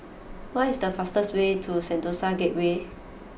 what is the fastest way to Sentosa Gateway